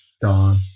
Dawn